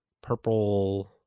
purple